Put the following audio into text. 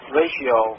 ratio